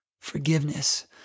forgiveness